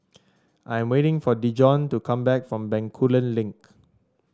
I'm waiting for Dijon to come back from Bencoolen Link